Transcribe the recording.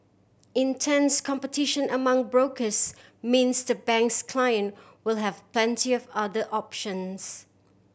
intense competition among brokers means the bank's client will have plenty of other options